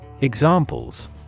Examples